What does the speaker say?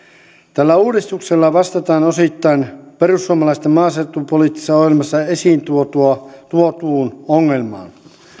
tällä uudistuksella vastataan osittain perussuomalaisten maaseutupoliittisessa ohjelmassa esiin tuotuun tuotuun ongelmaan